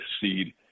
seed